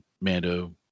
Mando